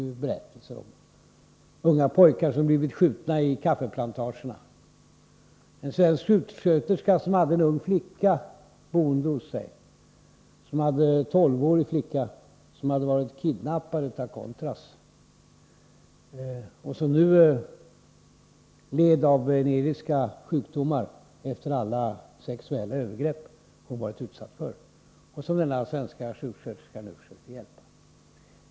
Det var berättelser om unga pojkar som blivit skjutna i kaffeplantagerna. En svensk sjuksköterska hade en 12-årig flicka boende hos sig som hade varit kidnappad av contras. Flickan led nu av veneriska sjukdomar efter alla sexuella övergrepp hon varit utsatt för, och denna svenska sjuksköterska försökte hjälpa henne.